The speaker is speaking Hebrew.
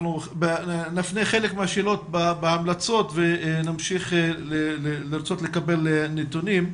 נפנה חלק מהשאלות בהמלצות ונמשיך לרצות לקבל נתונים.